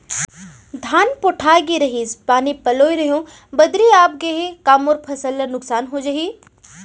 धान पोठागे रहीस, पानी पलोय रहेंव, बदली आप गे हे, का मोर फसल ल नुकसान हो जाही?